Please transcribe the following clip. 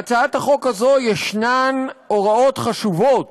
בהצעת החוק הזאת יש הוראות חשובות